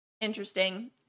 interesting